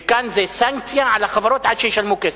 וכאן זה סנקציה על החברות עד שישלמו כסף.